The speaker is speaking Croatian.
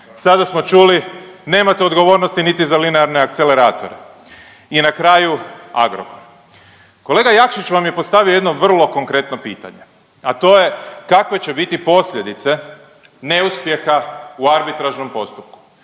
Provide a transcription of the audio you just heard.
Sada smo čuli, nemate odgovornosti niti za linearne akceleratore. I na kraju Agrokor. Kolega Jakšić vam je postavio jedno vrlo konkretno pitanje, a to je kakve će biti posljedice neuspjeha u arbitražnom postupku?